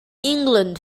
england